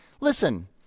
listen